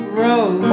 road